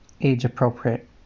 age-appropriate